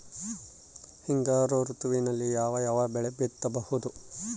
ಹಿಂಗಾರು ಋತುವಿನಲ್ಲಿ ಯಾವ ಯಾವ ಬೆಳೆ ಬಿತ್ತಬಹುದು?